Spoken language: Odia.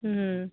ହୁଁ